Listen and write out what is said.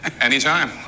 anytime